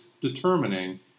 determining